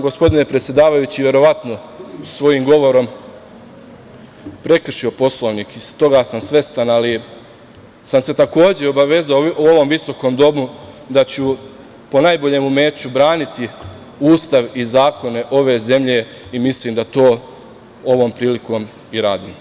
Gospodine predsedavajući, verovatno sam svojim govorom prekršio Poslovnik, i toga sam svestan, ali sam se takođe obavezao u ovom visokom domu da ću po najboljem umeću braniti Ustav i zakone ove zemlje i mislim da to ovom prilikom i radim.